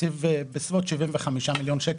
בסביבות 75 מיליון שקלים,